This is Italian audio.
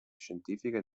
scientifiche